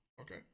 Okay